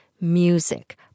music